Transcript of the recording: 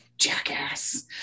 Jackass